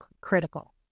critical